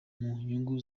nyungu